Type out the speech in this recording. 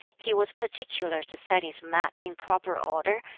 he was particular to set his mat in proper order,